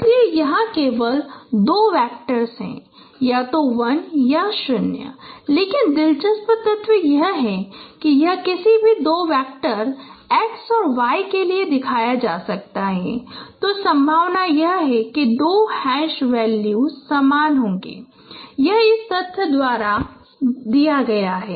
इसलिए यहाँ केवल दो वैक्टर हैं या तो 1 या 0 लेकिन दिलचस्प तथ्य यह है कि यह किसी भी दो वैक्टर x और y के लिए दिखाया जा सकता है तो संभावना है कि दो हैश वैल्यू समान होंगे इसे इस तथ्य द्वारा दिया गया है